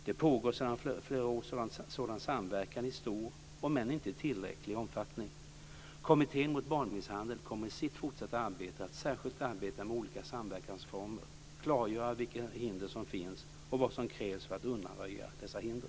Det pågår sedan flera år sådan samverkan i stor - om än inte tillräcklig - omfattning. Kommittén mot barnmisshandel kommer i sitt fortsatta arbete att särskilt arbeta med olika samverkansformer, klargöra vilka hinder som finns och vad som krävs för att undanröja dessa hinder.